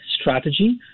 strategy